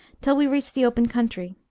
till we reached the open country.